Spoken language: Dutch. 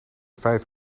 vijf